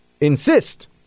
insist